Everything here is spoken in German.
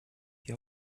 die